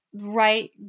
right